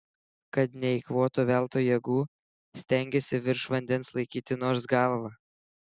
kad neeikvotų veltui jėgų stengėsi virš vandens laikyti nors galvą